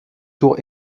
tour